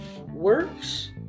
Works